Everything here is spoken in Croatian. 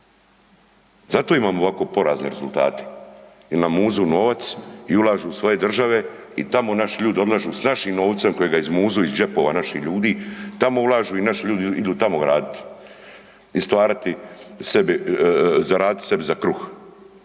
Zato imamo ovako porazne rezultate jer nam muzu novac i ulažu u svoje države i tamo naši ljudi odlaze s našim novcem kojega izmuzu iz džepova naših ljudi, tamo ulažu i naši ljudi idu tamo raditi i stvarati sebi, zaraditi